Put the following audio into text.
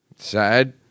Sad